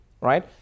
right